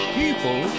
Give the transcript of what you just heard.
people